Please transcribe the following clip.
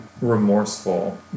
remorseful